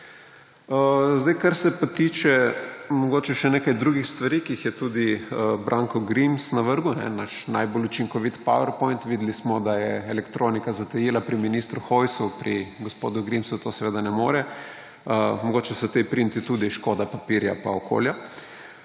Kar se tiče še drugih stvari, ki jih je tudi Branko Grims navrgel, naš najbolj učinkovit powerpoint. Videli smo, da je elektronika zatajila pri ministru Hojsu, pri gospodu Grimsu to seveda ne more; mogoče so ti printi tudi škoda papirja pa okolja.